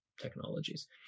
technologies